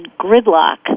Gridlock